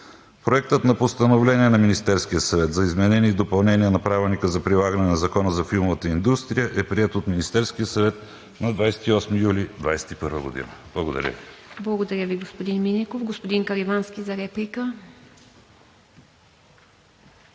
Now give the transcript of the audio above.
Проектът на постановление на Министерския съвет за изменение и допълнение на Правилника за прилагане на закона за филмовата индустрия е приет от Министерския съвет на 28 юли 2021 г. Благодаря Ви. ПРЕДСЕДАТЕЛ ИВА МИТЕВА: Благодаря Ви, господин Минеков. Господин Каримански, за реплика.